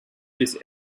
this